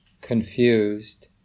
confused